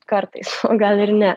kartais o gal ir ne